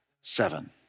seven